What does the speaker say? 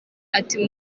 ati